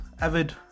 avid